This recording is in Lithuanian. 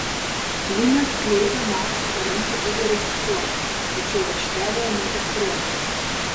linas kleiza mačui toronte buvo registruotas tačiau aikštelėje nepasirodė